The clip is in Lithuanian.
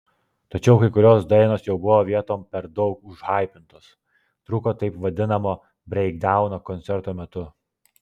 tačiau kai kurios dainos jau buvo vietom per daug užhaipintos trūko taip vadinamo breikdauno koncerto metu